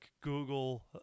Google